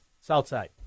Southside